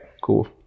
Cool